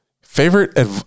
favorite